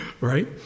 Right